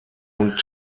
und